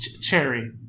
cherry